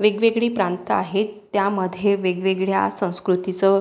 वेगवेगळी प्रांत आहेत त्यामध्ये वेगवेगळ्या संस्कृतीचं